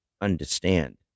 understand